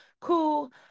cool